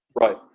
Right